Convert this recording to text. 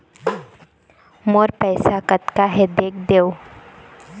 मोर पैसा कतका हे देख देव?